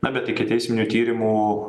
na bet ikiteisminių tyrimų